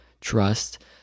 trust